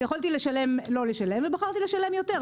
יכולתי לא לשלם אך בחרתי לשלם יותר.